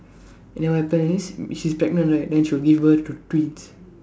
and then what happen is she's pregnant right then she'll give birth to twins